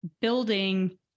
building